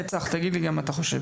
צח, תגיד לי גם מה אתה חושב.